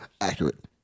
Accurate